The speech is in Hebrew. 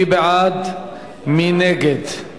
מי בעד, מי נגד?